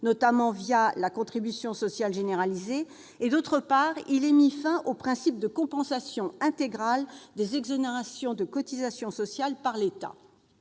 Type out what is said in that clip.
notamment la contribution sociale généralisée. D'autre part, il est mis fin au principe de compensation intégrale des exonérations de cotisations sociales par l'État.